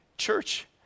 Church